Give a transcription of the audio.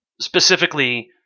specifically